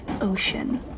ocean